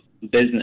business